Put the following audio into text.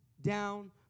down